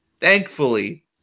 thankfully